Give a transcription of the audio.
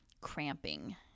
cramping